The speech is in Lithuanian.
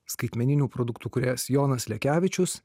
skaitmeninių produktų kūrėjas jonas lekevičius